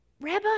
Rabbi